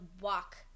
walk